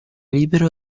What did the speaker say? libero